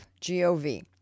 G-O-V